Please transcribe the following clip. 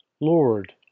Lord